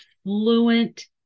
fluent